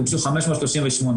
הוגשו 538,